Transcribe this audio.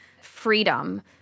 freedom